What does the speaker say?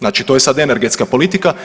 Znači to je sad energetska politika.